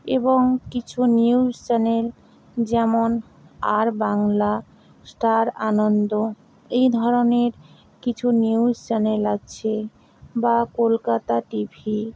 এবং কিছু news channel যেমন আর বাংলা স্টার আনন্দ এই ধরনের কিছু নিউস চ্যানেল আছে বা কলকাতা টিভি